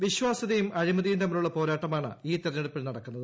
വിശ്വാസ്യതയും അഴിമതിയും തമ്മിലുള്ള പോരാട്ടമാണ് ഈ തെരഞ്ഞെടുപ്പിൽ നടക്കുന്നത്